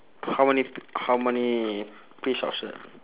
how many how many piece of shirt